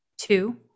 two